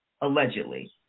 allegedly